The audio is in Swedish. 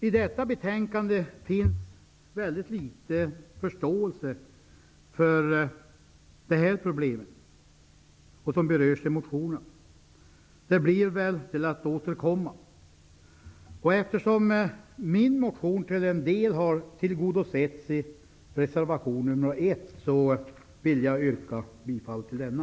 I betänkandet finns mycket litet förståelse för de problem som berörs i motionen. Det blir väl till att återkomma. Eftersom min motion till en del har tillgodosetts i reservation 1, vill jag yrka bifall till denna.